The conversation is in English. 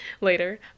later